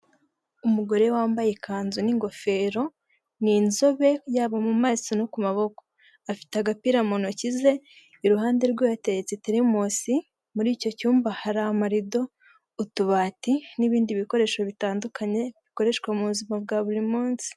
Umugore wambaye ikanzu n'ingofero ni inzobe yaba mu maso no ku maboko afite agapira mu ntoki ze iruhande rwe hateretse terimusi muri icyo cyumba hari amarido utubati n'ibindi bikoresho bitandukanye bikoreshwa mu buzima bwa buri munsi.